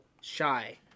shy